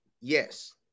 yes